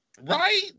right